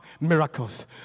miracles